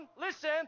listen